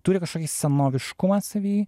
turi kažkokį senoviškumą savy